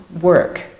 work